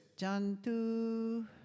Jantu